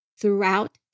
Throughout